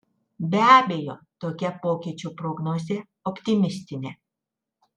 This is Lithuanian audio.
be abejo tokia pokyčių prognozė optimistinė